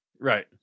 Right